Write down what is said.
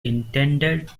intended